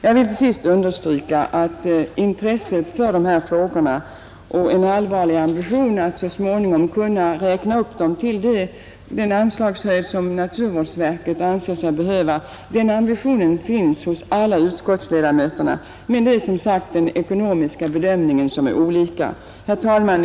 Jag vill till sist understryka att intresse för dessa frågor och en allvarlig ambition att så småningom kunna räkna upp beloppet till den anslagshöjd som naturvårdsverket anser sig behöva finns hos alla ledamöter. Men det är som sagt den ekonomiska bedömningen som är olika. Herr talman!